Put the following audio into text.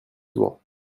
souvent